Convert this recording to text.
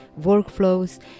workflows